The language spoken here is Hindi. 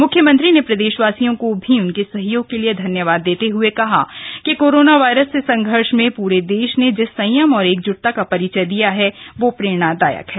म्ख्यमंत्री ने प्रदेशवासियों को भी उनके सहयोग के लिए धन्यवाद देते हुए कहा कि कोरोना वायरस से संघर्ष में पूरे देश ने जिस संयम और एकजुटता का परिचय दिया है वह प्रेरणादायक है